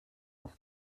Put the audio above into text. auf